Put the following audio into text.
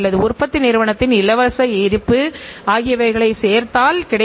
கணக்கியலின் இந்த 2 கிளைகளும் கைகோர்த்துச் செல்கின்றன